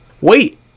Wait